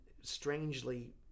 strangely